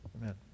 Amen